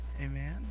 amen